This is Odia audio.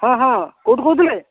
ହଁ ହଁ କେଉଁଠୁ କହୁଥିଲେ